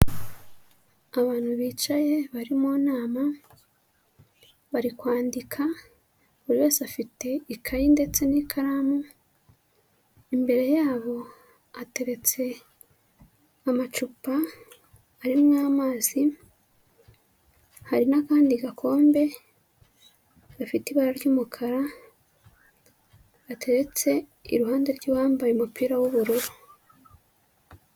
Abantu bicaye bari mu nama, bari kwandika, buri wese afite ikayi ndetse n'ikaramu, imbere yabo hateretse amacupa arimo amazi, hari n'akandi gakombe gafite ibara ry'umukara gateretse iruhande ry'uwambaye umupira w'ubururu.